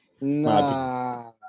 Nah